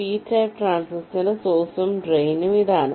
P type ട്രാൻസിസ്റ്ററിന്റെ സോഴ്സും ഡ്രെയ്നും ഇതാണ്